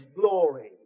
glory